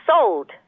sold